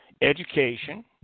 education